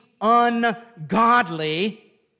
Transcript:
ungodly